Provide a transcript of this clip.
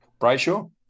Brayshaw